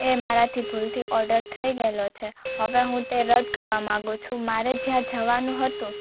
એ મારાથી ભૂલથી ઓર્ડર થઈ ગયેલો છે હવે હું તે રદ કરવા માગું છું મારે જ્યાં જવાનું હતું